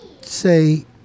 say